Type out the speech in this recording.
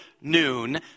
noon